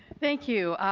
thank you.